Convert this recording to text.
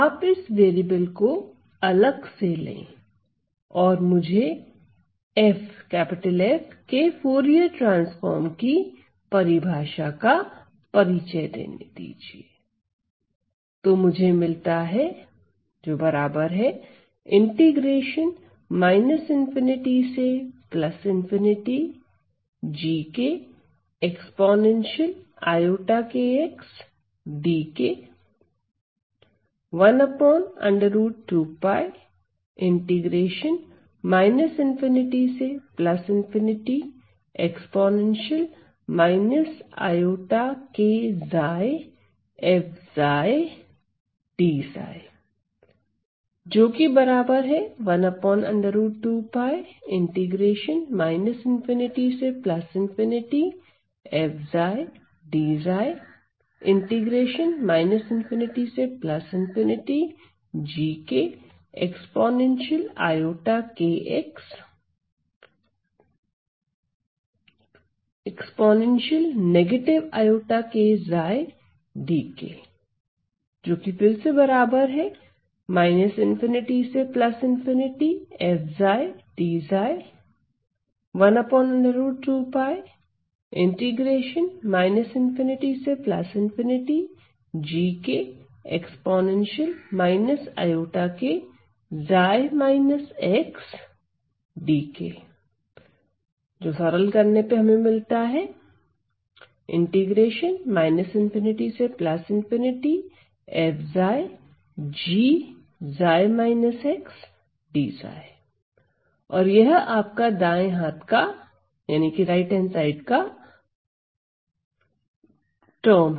आप इस वेरिएबल को अलग से ले और मुझे F के फूरिये ट्रांसफॉर्म की परिभाषा का परिचय देने दीजिए तो मुझे मिलता है और यह आपका दाएं हाथ का पक्ष है